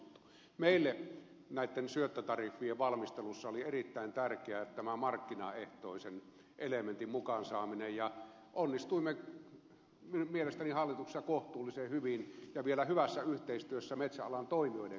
meille näitten syöttötariffien valmistelussa oli erittäin tärkeää tämä markkinaehtoisen elementin mukaan saaminen ja onnistuimme mielestäni hallituksessa kohtuullisen hyvin ja vielä hyvässä yhteistyössä metsäalan toimijoiden kanssa